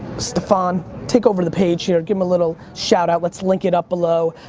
staphon, take over the page here. give him a little shout out. let's link it up below.